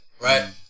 right